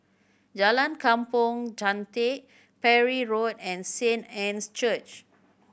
Jalan Kampong Chantek Parry Road and Saint Anne's Church